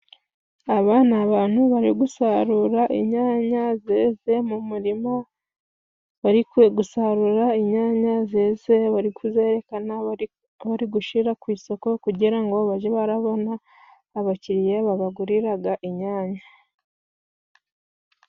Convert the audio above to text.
Aba ni abantu bari gusarura inyanya zeze mu murimo. Bari gusarura inyanya zeze bari kuzerekana, bari gushira ku isoko kugira ngo bajye barabona abakiriya babaguriraga inyanya.